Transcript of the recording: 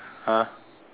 !huh!